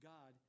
God